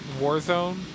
Warzone